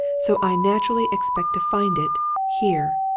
so i naturally expect to find it here.